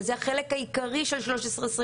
וזה החלק העיקרי של 1325,